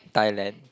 Thailand